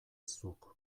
zuk